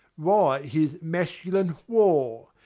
why, his masculine whore.